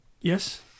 Yes